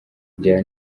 rya